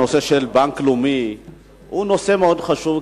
הנושא של בנק לאומי הוא נושא חשוב מאוד,